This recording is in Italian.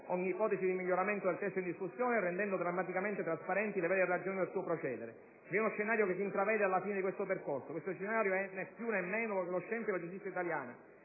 ogni ipotesi di miglioramento del testo in discussione, rendendo drammaticamente trasparenti le vere ragioni del suo procedere. Vi è uno scenario che si intravede, alla fine di questo percorso. Questo scenario è né più né meno che lo scempio della giustizia italiana.